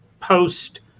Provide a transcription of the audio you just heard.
post